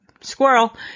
squirrel